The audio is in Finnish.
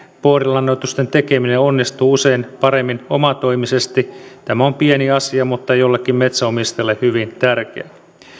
boorilannoitusten tekeminen onnistuu usein paremmin omatoimisesti tämä on pieni asia mutta jollekin metsänomistajalle hyvin tärkeä